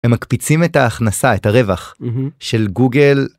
ומקפיצים את ההכנסה את הרווח של גוגל.